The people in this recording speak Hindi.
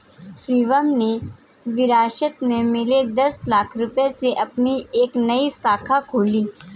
शिवम ने विरासत में मिले दस लाख रूपए से अपनी एक नई शाखा खोली